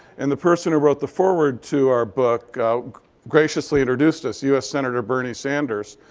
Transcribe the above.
and the person who wrote the foreword to our book graciously introduced us, us senator bernie sanders.